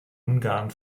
ungarn